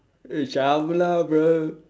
eh shyamala bro